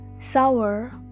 Sour